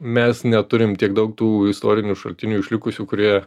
mes neturim tiek daug tų istorinių šaltinių išlikusių kurie